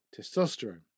testosterone